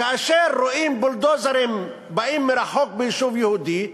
כאשר רואים בולדוזרים באים מרחוק ביישוב יהודי,